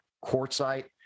quartzite